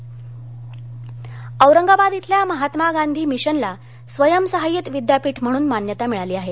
मान्यता औरंगाबाद इथल्या महात्मा गांधी मिशनला स्वयंअर्थसहाय्यित विद्यापीठ म्हणून मान्यता मिळाली आहे